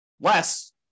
Less